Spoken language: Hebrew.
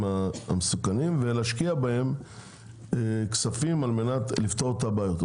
המסוכנים ולהשקיע בהם כספים על מנת לפתור את הבעיות.